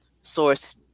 source